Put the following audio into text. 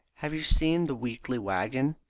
have you seen the weekly waggon?